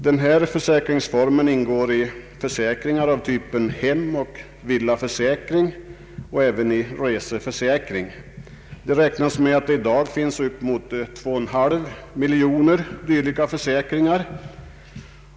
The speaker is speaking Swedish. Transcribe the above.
Denna försäkringsform ingår i försäkringar av typen hemoch villaförsäkring samt även i reseförsäkring. Man räknar med att det i dag finns bortåt 2,5 miljoner dylika försäkringar.